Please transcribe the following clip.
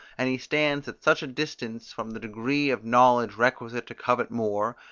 and he stands at such a distance from the degree of knowledge requisite to covet more,